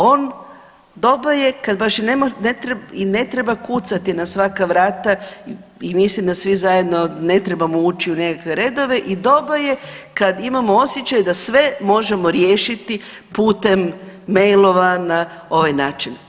On dobro je kad baš i ne treba kucati na svaka vrata i mislim da svi zajedno ne trebamo ući u nekakve redove i dobro je kad imamo osjećaj da sve možemo riješiti putem mailova na ovaj način.